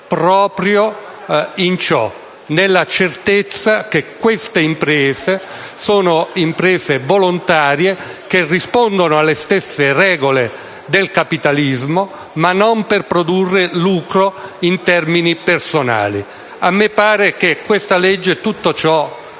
proprio nella certezza che le prime sono imprese volontarie, che rispondono alle stesse regole del capitalismo ma non per produrre lucro in termini personali. A me pare che questa legge non